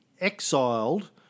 exiled